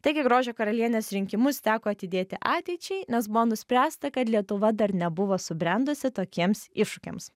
taigi grožio karalienės rinkimus teko atidėti ateičiai nes buvo nuspręsta kad lietuva dar nebuvo subrendusi tokiems iššūkiams